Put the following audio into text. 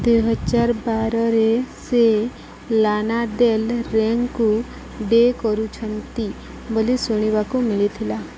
ଦୁଇହଜାର ବାରରେ ସେ ଲାନା ଡେଲ ରେଙ୍କୁ ଡେଟ୍ କରୁଛନ୍ତି ବୋଲି ଶୁଣିବାକୁ ମିଳିଥିଲା